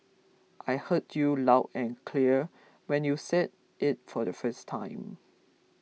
I heard you loud and clear when you said it for the first time